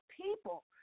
people